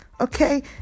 Okay